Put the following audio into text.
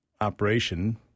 operation